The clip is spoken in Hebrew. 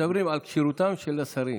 מדברים על כשירותם של השרים.